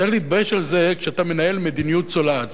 צריך להתבייש בזה שאתה מנהל מדיניות צולעת.